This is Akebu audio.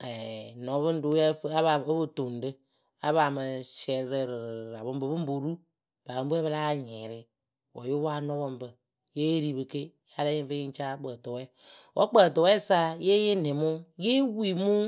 nɔpɨŋrǝ we ǝ fɨ o po toŋ rɨ a paa mɨ siɛrɩ rɨ ǝrɨrɨrɨ apɔŋpǝ pɨŋ po ru ŋpɨ apɔŋpǝ we wǝ́ pɨ láa nyɩɩrɩ wǝ́ yo pwo anɔpɔŋpǝ yée ri pɨ ke wǝ́ yáa lɛ yɨ ŋ fɨ yɨ ŋ caa kpǝǝtʊwɛɛwǝ wǝ́ kpǝǝtʊwɛɛwǝ sa yée yee nɛ mɨ wǝ yée wii mɨ wɨ